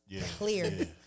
Clear